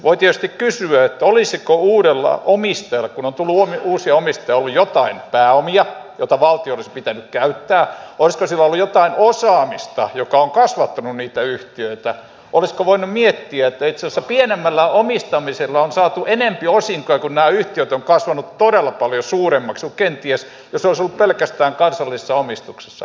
voi tietysti kysyä olisiko uudella omistajalla kun on tullut uusia omistajia ollut jotain pääomia olisiko valtionkin pitänyt käyttää pääomia ja olisiko sillä ollut jotain osaamista joka on kasvattanut niitä yhtiöitä olisiko voinut miettiä että itse asiassa pienemmällä omistamisella on saatu enempi osinkoja kun nämä yhtiöt ovat kasvaneet todella paljon suuremmaksi kuin kenties jos olisi ollut pelkästään kansallisessa omistuksessa